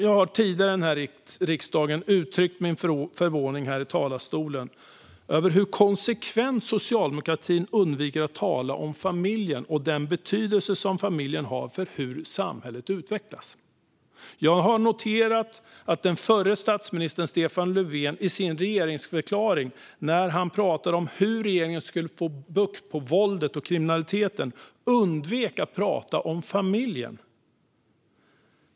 Jag har tidigare i denna riksdag uttryckt min förvåning i talarstolen över hur konsekvent socialdemokratin undviker att tala om familjen och den betydelse familjen har för hur samhället utvecklas. Jag har noterat att den förre statsministern Stefan Löfven i sin regeringsförklaring när han pratade om hur regeringen skulle få bukt med våldet och kriminaliteten undvek att prata om familjen.